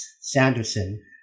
Sanderson